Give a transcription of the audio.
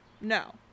no